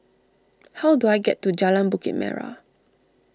how do I get to Jalan Bukit Merah